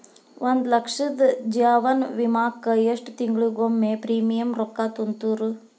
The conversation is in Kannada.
ಒಂದ್ ಲಕ್ಷದ ಜೇವನ ವಿಮಾಕ್ಕ ಎಷ್ಟ ತಿಂಗಳಿಗೊಮ್ಮೆ ಪ್ರೇಮಿಯಂ ರೊಕ್ಕಾ ತುಂತುರು?